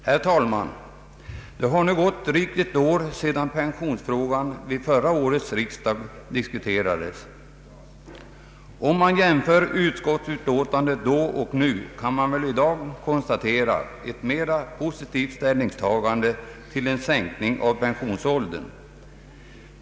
Herr talman! Det har nu gått drygt ett år sedan pensionsfrågan diskuterades vid förra årets riksdag. Om man jämför utskottsutlåtandena då och nu kan man väl i dag konstatera ett mer positivt ställningstagande till en sänkning av pensionsåldern.